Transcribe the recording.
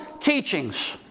teachings